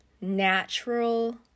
natural